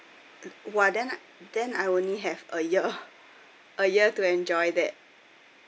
!wah! then then I only have a year a year to enjoy that